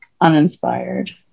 uninspired